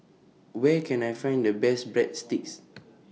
Where Can I Find The Best Breadsticks